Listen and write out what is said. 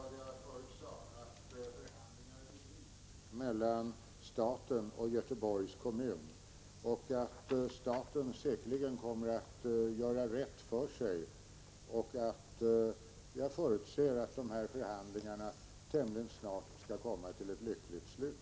Herr talman! Jag vill upprepa vad jag förut sade. Förhandlingarna bedrivs mellan staten och Göteborgs kommun. Staten kommer säkerligen att göra rätt för sig. Jag förutser att förhandlingarna tämligen snart skall komma till ett lyckligt slut.